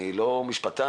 אני לא משפטן.